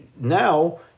now